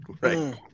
Right